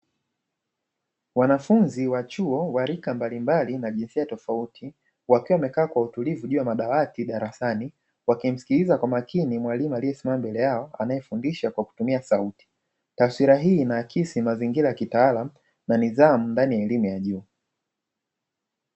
Wanafunzi wa chuo wa rika mbalimbali na jinsia tofauti , wakiwa wamekaa kwa utulivu juu ya madawati darasani wakimsikiliza kwa makini mwalimu aliesimama mbele yao anaefundisha kwa kutumia sauti taswira hii inaakisi mazingira ya kitaalamu na nidhamu ndani ya elimu ya juu.